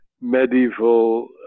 medieval